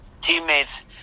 teammates